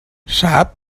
sap